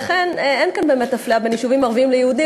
לכן אין כאן באמת אפליה בין יישובים ערביים ליהודיים.